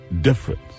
difference